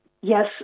Yes